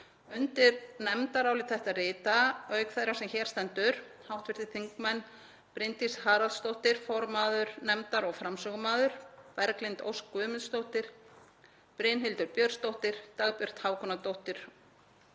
Undir nefndarálit þetta rita, auk þeirrar sem hér stendur, hv. þingmenn Bryndís Haraldsdóttir, formaður nefndar og framsögumaður, Berglind Ósk Guðmundsdóttir, Brynhildur Björnsdóttir, Dagbjört Hákonardóttir